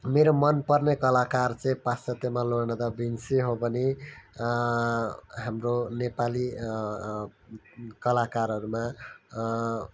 मेरो मनपर्ने कलाकार चैँ पाश्चत्यमा लियोनार्दो डा भिन्सी हो भने हाम्रो नेपाली कलाकारहरूमा